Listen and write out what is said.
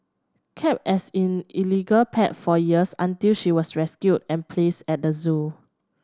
kept as in illegal pet for years until she was rescued and placed at the zoo